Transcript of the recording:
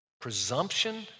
Presumption